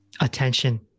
Attention